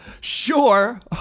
sure